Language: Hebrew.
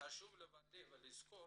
חשוב לוודא ולזכור